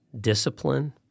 discipline